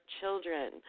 children